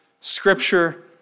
Scripture